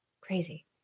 crazy